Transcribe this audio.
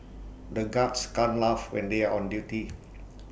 the guards can't laugh when they are on duty